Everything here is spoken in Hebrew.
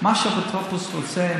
מה שהאפוטרופוס רוצה,